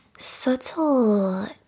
Subtle